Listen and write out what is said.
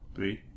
Three